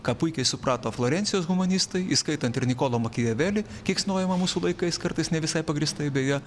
ką puikiai suprato florencijos humanistai įskaitant ir nikolą makiavelį keiksnojamą mūsų laikais kartais ne visai pagrįstai beje